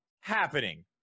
happening